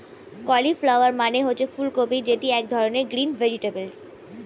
cauliflower মানে হচ্ছে ফুলকপি যেটা এক ধরনের গ্রিন ভেজিটেবল